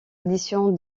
addition